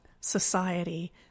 society